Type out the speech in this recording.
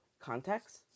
context